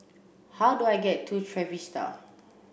how do I get to Trevista